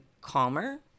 calmer